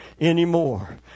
anymore